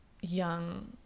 young